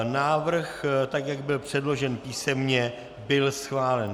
Návrh tak, jak byl předložen písemně, byl schválen.